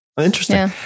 Interesting